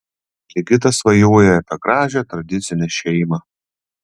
ligitas svajoja apie gražią tradicinę šeimą